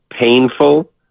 painful